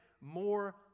more